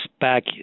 back